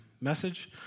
message